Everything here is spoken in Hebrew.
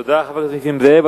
תודה, חבר הכנסת נסים זאב.